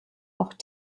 auch